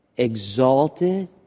exalted